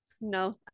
no